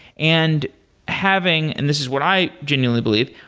and having and this is what i genuinely believe.